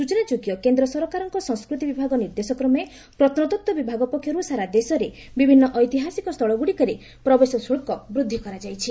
ସୂଚନାଯୋଗ୍ୟ କେନ୍ଦ୍ର ସରକାରଙ୍କ ସଂସ୍କୃତି ବିଭାଗ ନିର୍ଦ୍ଦେଶକ୍ରମେ ପ୍ରତ୍ନତତ୍ତ୍ ବିଭାଗ ପକ୍ଷରୁ ସାରା ଦେଶରେ ବିଭିନ୍ନ ଐତିହ୍ୟସ୍ଚଳୀଗୁଡ଼ିକର ପ୍ରବେଶ ଶୁଳ୍କ ବୃଦ୍ଧି କରାଯାଇଛି